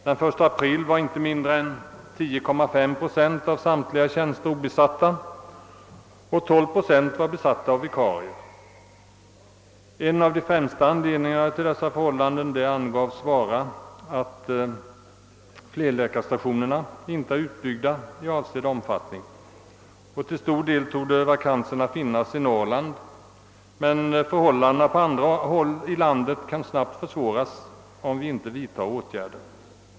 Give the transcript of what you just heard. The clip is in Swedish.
Den 1 april var inte mindre än 10,5 procent av samtliga tjänster obesatta och 12 procent var besatta av vikarier. En av de främsta anledningarna till dessa förhållanden anges vara att flerläkarstationerna inte är utbyggda i avsedd omfattning. Till stor del torde vakanserna finnas i Norrland, men förhållandena på andra håll i landet kan snabbt försvåras, om vi inte vidtar åtgärder.